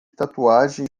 tatuagem